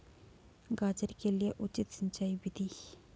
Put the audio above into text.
गाजर के लिए उचित सिंचाई विधि?